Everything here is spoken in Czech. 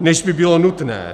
než by bylo nutné.